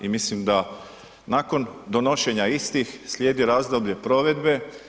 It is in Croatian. I mislim da nakon donošenja istih slijedi razdoblje provedbe.